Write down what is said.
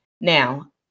Now